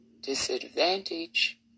disadvantage